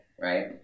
right